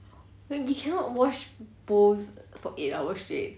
then you cannot wash bowls for eight hours straight